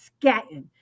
scatting